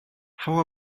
how